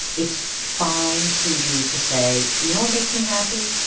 it's fine for you to say, you know what makes me happy?